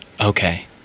Okay